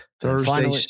Thursday